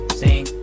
sing